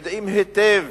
יודעים היטב